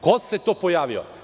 Ko se to pojavio?